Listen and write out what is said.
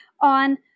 on